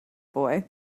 boy